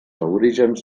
aborígens